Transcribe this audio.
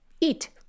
eat